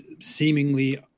seemingly